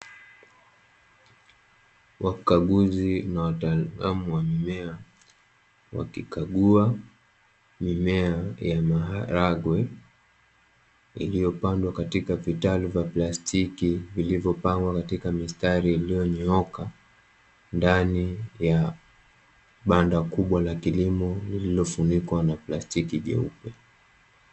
Wakaguzi na wataalamu wa mimea wakikagua mimea ya maharage iliyopandwa katika vitalu vya plastiki, vilivyopangwa katika mistari iliyonyooka ndani ya banda kubwa la kilimo lililofunikwa na plastiki jeupe.